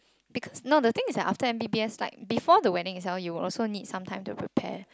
because no the thing is that after M_B_B_S like before the wedding itself you will also need some time to prepare